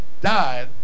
died